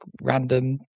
random